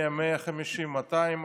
100, 150, 200 השנה?